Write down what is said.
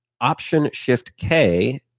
Option-Shift-K